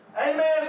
amen